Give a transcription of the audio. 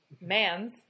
Mans